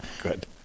Good